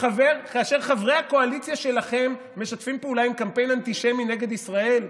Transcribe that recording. חברי הקואליציה שלכם משתפים פעולה עם קמפיין אנטישמי נגד ישראל.